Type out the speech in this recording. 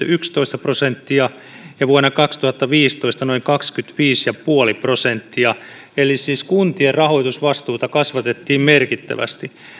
yksitoista prosenttia ja vuonna kaksituhattaviisitoista noin kaksikymmentäviisi pilkku viisi prosenttia eli siis kuntien rahoitusvastuuta kasvatettiin merkittävästi